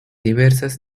diversas